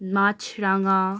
মাছরাঙা